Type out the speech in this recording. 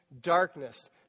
darkness